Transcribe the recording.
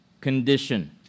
condition